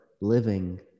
living